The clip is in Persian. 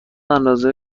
اندازه